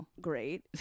great